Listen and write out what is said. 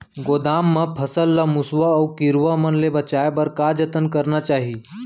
गोदाम मा फसल ला मुसवा अऊ कीरवा मन ले बचाये बर का जतन करना चाही?